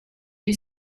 you